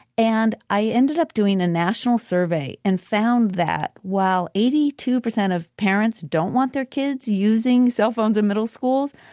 and i ended up doing a national survey and found that while eighty two percent of parents don't want their kids using cellphones in middle schools,